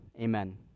Amen